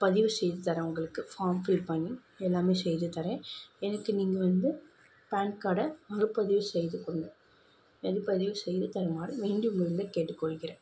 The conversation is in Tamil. பதிவு செய்து தரேன் உங்களுக்கு ஃபார்ம் ஃபில் பண்ணி எல்லாமே செய்து தரேன் எனக்கு நீங்கள் வந்து பேன் கார்டை மறுபதிவு செய்து கொடுங்க மறுபதிவு செய்து தருமாறு வேண்டி உங்களிடம் கேட்டுக்கொள்கிறேன்